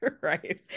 right